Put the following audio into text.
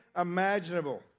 imaginable